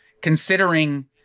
considering